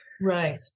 Right